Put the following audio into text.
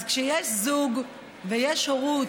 אז כשיש זוג ויש הורות,